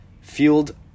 fueled